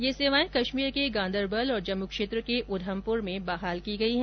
ये सेवाएं कश्मीर के गांदरबल और जम्मू क्षेत्र के उधमपुर में बहाल की गई है